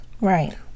Right